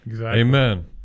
Amen